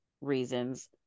reasons